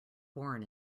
born